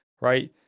right